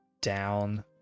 down